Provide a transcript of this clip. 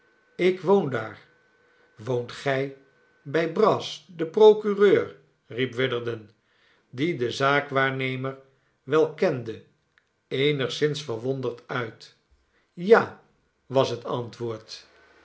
ik woon daar woont gij bij brass den procureur riep witherden die den zaakwaarnemer wel kende eenigszins verwonderd uit ja was het antwoord